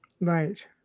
Right